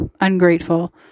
ungrateful